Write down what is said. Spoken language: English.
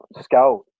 scout